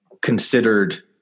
considered